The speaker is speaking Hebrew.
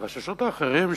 החששות האחרים הם,